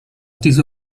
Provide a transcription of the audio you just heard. diese